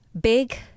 Big